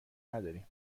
نداریم